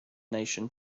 nation